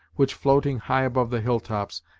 which, floating high above the hill tops,